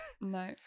No